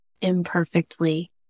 imperfectly